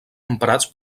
emprats